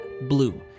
BLUE